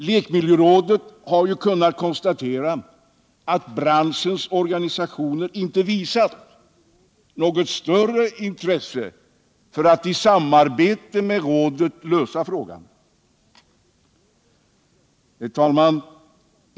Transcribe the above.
Lekmiljörådet har kunnat konstatera att branschens organisationer inte visat något större intresse för att i samarbete med rådet lösa problemet. Herr talman!